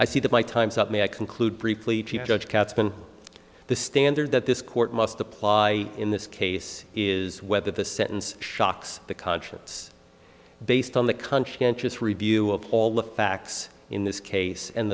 i see that my time's up may i conclude briefly judge katzman the standard that this court must apply in this case is whether the sentence shocks the conscience based on the conscientiously view of all the facts in this case and